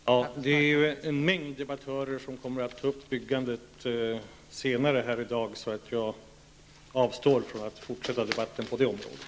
Fru talman! En mängd debattörer kommer att ta upp byggandet senare här i dag. Jag avstår från att fortsätta debatten på detta område.